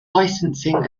licensing